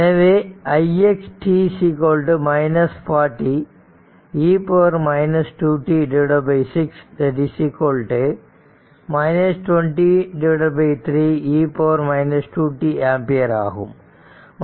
எனவே ix t 40 e 2t 6 20 3 e 2t ampere ஆகும்